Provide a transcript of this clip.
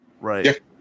right